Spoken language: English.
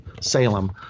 Salem